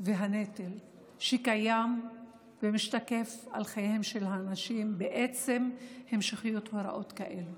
והנטל שקיים ומשתקף בחייהם של אנשים בעצם המשכת הוראות כאלה.